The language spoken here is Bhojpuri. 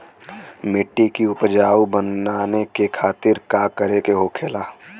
मिट्टी की उपजाऊ बनाने के खातिर का करके होखेला?